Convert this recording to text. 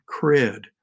cred